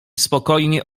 spokojnie